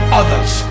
others